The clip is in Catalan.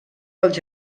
dels